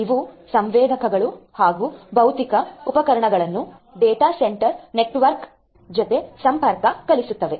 ಇವು ಸಂವೇದಕಗಳು ಹಾಗೂ ಭೌತಿಕ ಉಪಕರಣಗಳನ್ನು ಡೇಟಾ ಸೆಂಟರ್ ನೆಟ್ವರ್ಕ್ಸ್ ಜೊತೆ ಸಂಪರ್ಕ ಕಲ್ಪಿಸುತ್ತವೆ